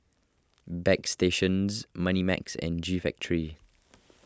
Bagstationz Moneymax and G Factory